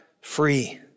free